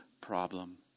problem